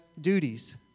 duties